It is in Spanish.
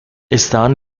estaban